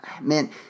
Man